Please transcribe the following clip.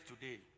today